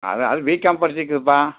அதான் அது பிகாம் படிச்சுருக்குதுப்பா